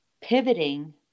pivoting